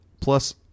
plus